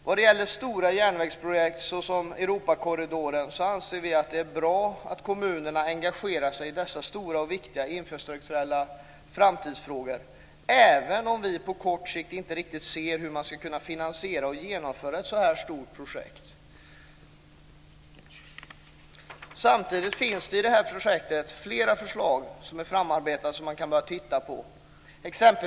Vad det gäller stora järnvägsprojekt som Europakorridoren anser vi att det är bra att kommunerna engagerar sig i dessa stora och viktiga infrastrukturella framtidsfrågor, även om vi på kort sikt inte riktigt ser hur man ska kunna finansiera och genomföra ett så stort projekt. Samtidigt finns det flera förslag som är framarbetade och som man kan börja titta på.